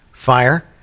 Fire